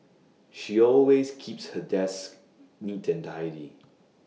she always keeps her desk neat and tidy